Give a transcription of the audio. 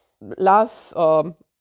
love